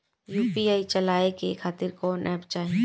UPI चलवाए के खातिर कौन एप चाहीं?